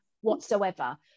whatsoever